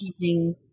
keeping